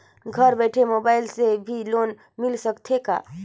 घर बइठे मोबाईल से भी लोन मिल सकथे का?